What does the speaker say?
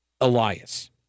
Elias